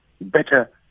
better